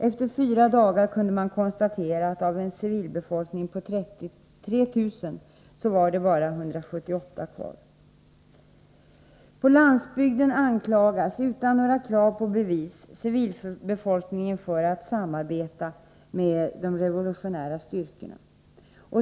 Efter fyra dagar kunde man konstatera att av en civilbefolkning på 3 000 personer var det bara 178 som överlevt. På landsbygden anklagas, utan några krav på bevis, civilbefolkningen för att samarbeta med de revolutionära styrkorna.